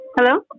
Hello